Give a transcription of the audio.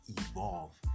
evolve